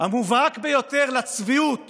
המובהק ביותר לצביעות